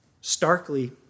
starkly